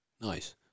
Nice